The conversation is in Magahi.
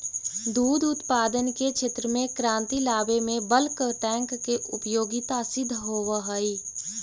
दुध उत्पादन के क्षेत्र में क्रांति लावे में बल्क टैंक के उपयोगिता सिद्ध होवऽ हई